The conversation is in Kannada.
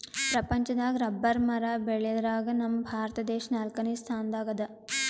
ಪ್ರಪಂಚದಾಗ್ ರಬ್ಬರ್ ಮರ ಬೆಳ್ಯಾದ್ರಗ್ ನಮ್ ಭಾರತ ದೇಶ್ ನಾಲ್ಕನೇ ಸ್ಥಾನ್ ದಾಗ್ ಅದಾ